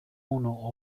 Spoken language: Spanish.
uno